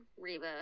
Reba